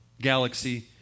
Galaxy